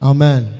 Amen